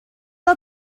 are